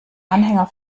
anhänger